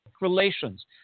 relations